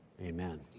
Amen